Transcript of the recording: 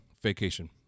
vacation